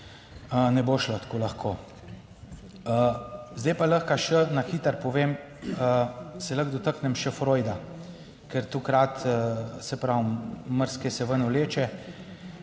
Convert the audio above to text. ne bo šlo tako lahko. Zdaj pa lahko še na hitro povem, se lahko dotaknem še Freud. Takrat, saj pravim, marsikaj se ven vleče,